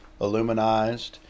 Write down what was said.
aluminized